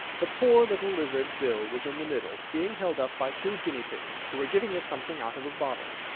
the poor little lizard, bill, was in the middle, being held up by two guinea-pigs, who were giving it something out of a bottle.